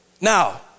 Now